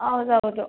ಹೌದು ಹೌದು